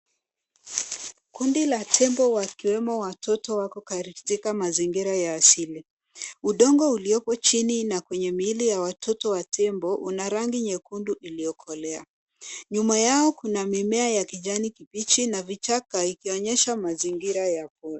Kundi la tembo wakiwemo watoto, wako katika mazingira ya asili. Udongo uliopo chini na kwenye mili ya watoto wa tembo, una rangi nyekundu iliyokolea. Nyuma yao kuna mimea ya kijani kibichi na vichaka, ikionyesha mazingira ya pori.